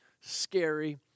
scary